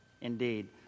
Indeed